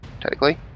technically